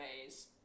ways